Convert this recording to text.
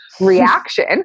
reaction